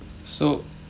so